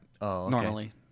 normally